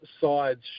sides